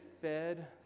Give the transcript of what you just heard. fed